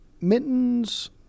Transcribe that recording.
mittens